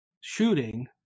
shooting